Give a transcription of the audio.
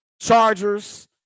Chargers